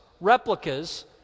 replicas